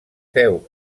féu